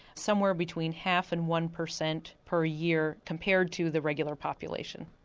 somewhere between half and one percent per a year, compared to the regular population.